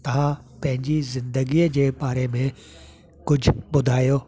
तव्हां पंहिंजी ज़िंदगीअ जे बारे में कुझु ॿुधायो